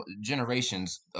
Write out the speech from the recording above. generations